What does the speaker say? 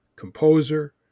Composer